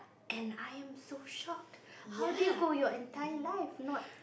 and I am so shocked how do you go your entire life not